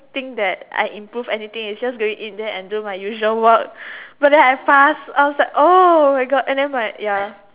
think that I improved anything it's just going in there and do my usual work but then I passed I was like oh my god and then my ya